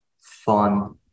fun